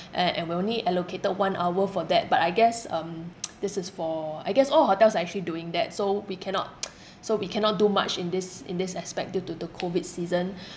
and and we're only allocated one hour for that but I guess um this is for I guess all hotels are actually doing that so we cannot so we cannot do much in this in this aspect due to the COVID season